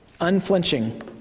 Unflinching